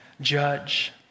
judge